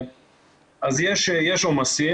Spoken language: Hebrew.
במשך שנים רבות,